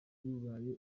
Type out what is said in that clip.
bubaye